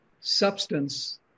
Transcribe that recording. substance